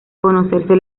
conocerse